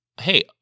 hey